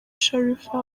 sharifa